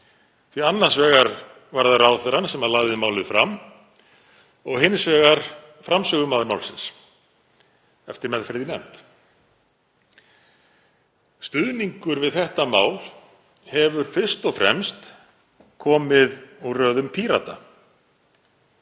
því annars vegar var það ráðherrann sem lagði málið fram og hins vegar framsögumaður málsins eftir meðferð í nefnd. Stuðningur við þetta mál hefur fyrst og fremst komið úr röðum Pírata.